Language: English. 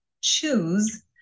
choose